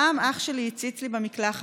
פעם אח שלי הציץ לי במקלחת,